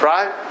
Right